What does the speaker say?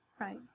Right